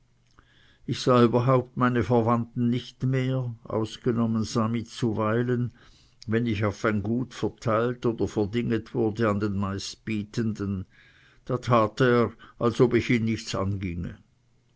ich sah überhaupt meine verwandten nicht mehr ausgenommen sami zuweilen wenn ich auf ein gut verteilt oder verdinget wurde an den mindestbietenden da tat er als ob ich ihn nichts anginge